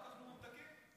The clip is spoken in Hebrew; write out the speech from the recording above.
רק אכלו ממתקים?